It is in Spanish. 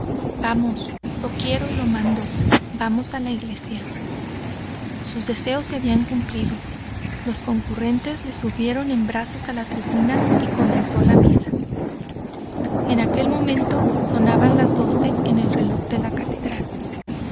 vamos lo quiero lo mando vamos á la iglesia sus deseos se habían cumplido los concurrentes le subieron en brazos á la tribuna y comenzó la misa en aquel punto sonaban las doce en el reloj de la catedral